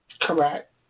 Correct